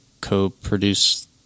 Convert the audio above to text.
co-produce